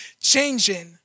changing